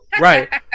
right